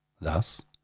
Thus